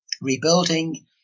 rebuilding